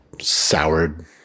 soured